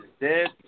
dead